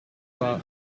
loi